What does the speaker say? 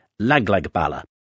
laglagbala